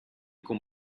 con